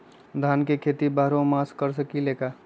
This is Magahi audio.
धान के खेती बारहों मास कर सकीले का?